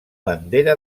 bandera